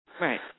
Right